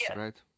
right